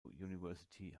university